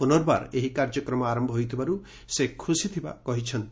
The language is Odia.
ପୁନର୍ବାର ଏହି କାର୍ଯ୍ୟକ୍ରମ ଆରମ୍ଭ ହୋଇଥିବାରୁ ସେ ଖୁସିଥିବା କହିଛନ୍ତି